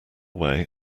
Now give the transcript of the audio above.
way